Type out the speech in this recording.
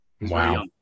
Wow